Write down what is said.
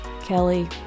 Kelly